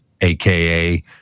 aka